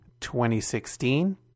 2016